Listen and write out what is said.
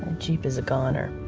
jeep is a goner.